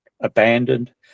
abandoned